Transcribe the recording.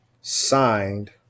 signed